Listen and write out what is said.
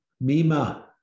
Mima